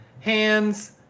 hands